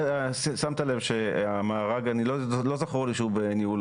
שמת לב שהמארג לא זכור לי שהוא בניהול